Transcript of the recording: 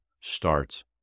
starts